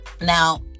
Now